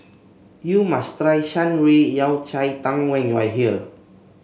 you must try Shan Rui Yao Cai Tang when you are here